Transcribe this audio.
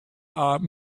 are